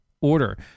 order